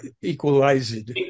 Equalized